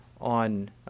on